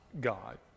God